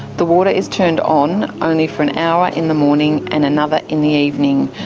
the water is turned on only for an hour in the morning and another in the evening,